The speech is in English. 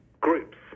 groups